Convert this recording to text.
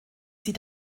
sie